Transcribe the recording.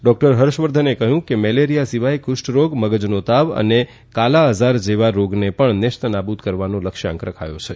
doctor હર્ષવર્ધને કહ્યું કે મેલેરિયા સિવાય કુષ્ઠ રોગ મગજનો તાવ અને કાલા આઝાર જેવા રોગને પણ નેષ્ત નાબુક કરવાનું લક્ષ્યાંક રખાયું છે